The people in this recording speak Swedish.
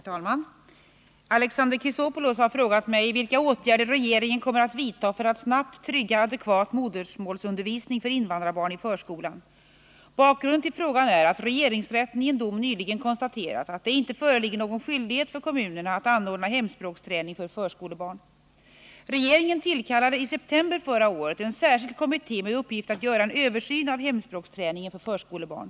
Herr talman! Alexander Chrisopoulus har frågat mig vilka åtgärder regeringen kommer att vidta för att snabbt trygga adekvat modersmålsundervisning för invandrarbarn i förskolan. Bakgrunden till frågan är att regeringsrätten i en dom nyligen konstaterat att det inte föreligger någon skyldighet för kommunerna att anordna hemspråksträning för förskolebarn. Regeringen tillkallade i september förra året en särskild kommitté med uppgift att göra en översyn av hemspråksträningen för förskolebarn.